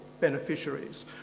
beneficiaries